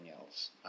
else